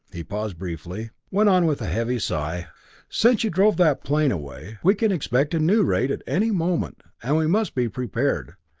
he paused briefly went on with a heavy sigh since you drove that plane away, we can expect a new raid at any moment, and we must be prepared.